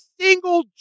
single